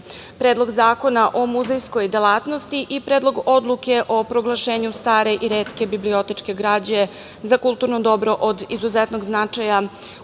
Predlog zakona o muzejskoj delatnosti i Predlog odluke o proglašenju stare i retke bibliotečke građe za kulturno dobro, od izuzetnog značaja,